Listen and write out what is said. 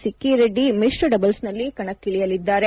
ಸಿಕ್ಕಿ ರೆದ್ದಿ ಮಿಶ್ರ ದಬಲ್ಸ್ನಲ್ಲಿ ಕಣಕ್ಕಿ ಳಿಯಲಿದ್ದಾರೆ